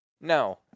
No